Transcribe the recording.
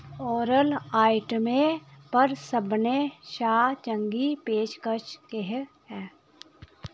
oral आइटमें पर सभनें शा चंगी पेशकश केह् ऐ